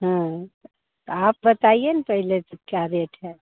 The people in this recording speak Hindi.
आप बताइए ना पहले कितना रेट है